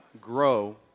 grow